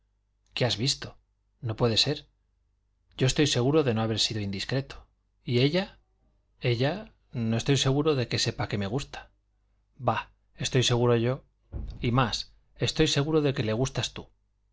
qué has visto no puede ser yo estoy seguro de no haber sido indiscreto y ella ella no estoy seguro de que sepa que me gusta bah estoy seguro yo y más estoy seguro de que le gustas tú